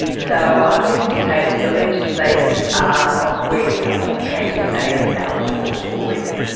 so i'm pleased to say that the legislators are aware of the case we made in our report already.